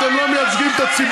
אתם לא מייצגים את הציבור,